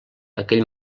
aquell